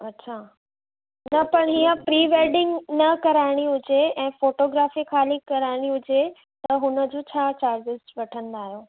अछा न त हीअं पणीअं वेडिंग न कराइणी हुजे ऐं फ़ोटोग्राफ़ी ख़ाली कराइणी हुजे त हुनजो छा चार्जिस वठंदा आहियो